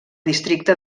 districte